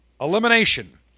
elimination